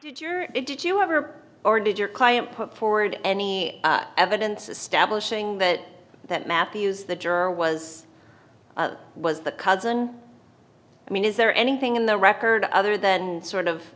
did you did you ever or did your client put forward any evidence establishing that that matthews the juror was was the cousin i mean is there anything in the record other than sort of